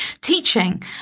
teaching